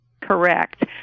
Correct